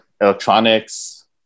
Electronics